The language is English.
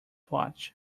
watch